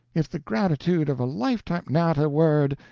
if the gratitude of a lifetime not a word.